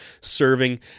serving